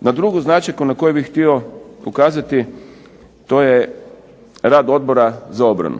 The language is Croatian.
Na drugu značajku na koju bih htio ukazati to je rad Odbora za obranu.